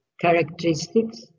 characteristics